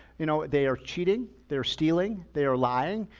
you know they are cheating. they're stealing. they are lying.